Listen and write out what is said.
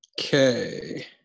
Okay